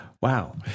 Wow